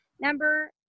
Number